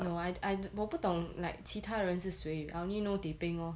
no I I 我不懂 like 其他人是谁 I only know teh peng lor